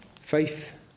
Faith